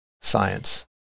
science